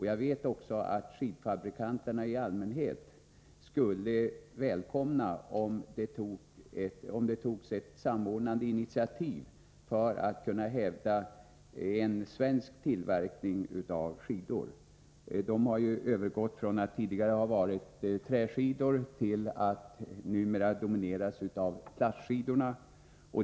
Jag vet att skidfabrikanterna i allmänhet skulle välkomna ett samordnande initiativ för att hävda en svensk tillverkning av skidor. Branschen har övergått från att tidigare ha tillverkat träskidor till att numera till dominerande del tillverka plastskidor.